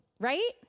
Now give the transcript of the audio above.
right